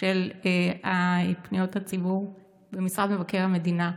של פניות הציבור במשרד מבקר המדינה.